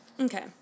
Okay